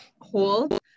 hold